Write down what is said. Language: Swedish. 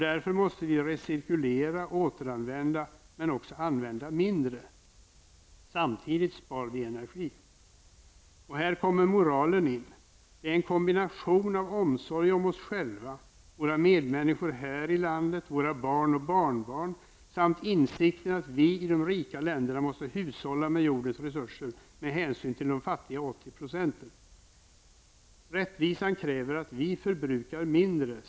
Därför måste vi recirkulera, återanvända, men också använda mindre, och samtidigt spar vi energi. Här kommer moralen in. Det är en kombination av omsorg om oss själva, våra medmänniskor här i landet, våra barn och barnbarn samt insikten att vi i de rika länderna måste hushålla med jordens resurser med hänsyn till de 80 % fattiga i världen. Rättvisan kräver att vi förbrukar mindre.